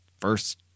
first